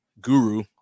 guru